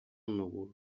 núvol